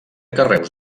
carreus